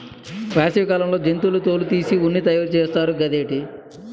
వేసవి కాలంలో జంతువుల తోలు తీసి ఉన్ని తయారు చేస్తారు గదేటి